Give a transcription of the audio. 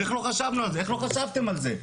איך לא חשבתם על זה.